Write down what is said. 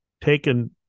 taken